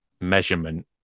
measurement